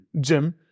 gym